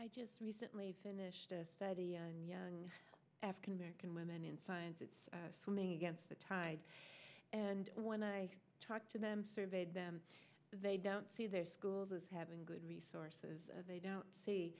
i just recently finished a study in young african american women in science it's swimming against the tide and when i talk to them surveyed them they don't see their schools as having good resources they don't see